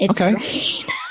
Okay